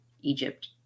Egypt